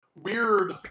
weird